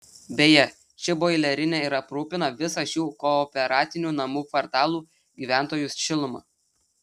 beje ši boilerinė ir aprūpina visą šių kooperatinių namų kvartalų gyventojus šiluma